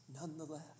nonetheless